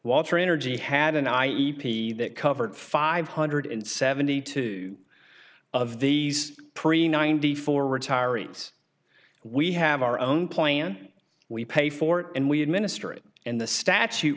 walter energy had an eye e p that covered five hundred seventy two of these pre ninety four retirees we have our own plan we pay for it and we administer it in the statu